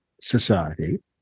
society